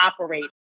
operate